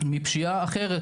מפשיעה אחרת.